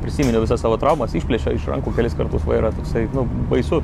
prisiminiau visas savo traumas išplėšė iš rankų kelis kartus vairą toksai nu baisu